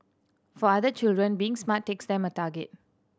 for other children being smart takes them a target